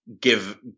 give